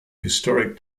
historic